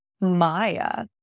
Maya